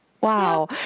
Wow